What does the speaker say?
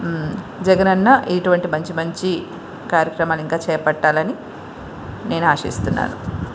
జగనన్న ఇటువంటి మంచి మంచి కార్యక్రమాలు ఇంకా చేపట్టాలని నేను ఆశిస్తున్నాను